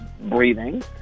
breathing